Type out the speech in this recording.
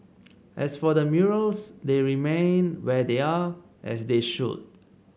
as for the murals they remain where they are as they should